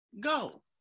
Go